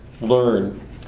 learn